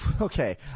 okay